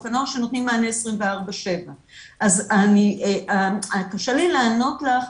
הנוער שנותנים מענה 24/7. אז קשה לי לענות לך,